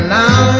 now